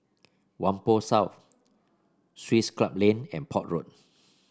Whampoa South Swiss Club Lane and Port Road